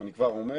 אני כבר אומר,